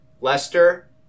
Lester